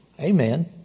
Amen